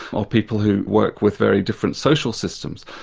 or people who worked with very different social systems.